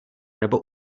nebo